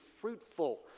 fruitful